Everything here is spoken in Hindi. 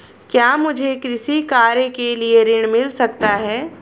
क्या मुझे कृषि कार्य के लिए ऋण मिल सकता है?